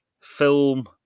film